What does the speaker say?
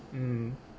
mm